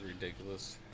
ridiculous